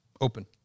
Open